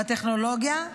הטכנולוגיה,